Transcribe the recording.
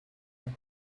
must